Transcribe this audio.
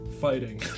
fighting